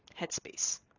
headspace